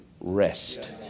rest